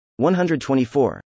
124